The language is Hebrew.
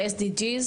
ה-SDG.